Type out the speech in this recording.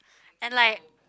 and like